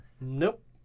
Nope